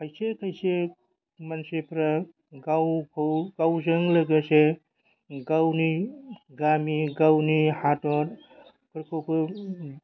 खायसे खायसे मानसिफ्रा गावखौ गावजों लोगोसे गावनि गामि गावनि हादरफोरखौबो